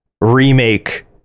remake